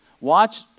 watch